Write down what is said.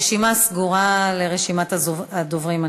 הרשימה סגורה, רשימת הדוברים.